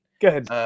Good